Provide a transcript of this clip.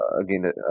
again